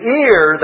ear